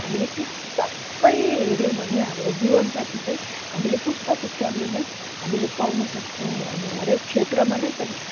हामीले ती सबै हेऱ्यौँ भने हाम्रो जीवनसाथी चाहिँ हामीले पुस्ता पुस्ताले नै हामीले पाउन सक्छौँ अनि हरेक क्षेत्रमा नै